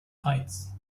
heights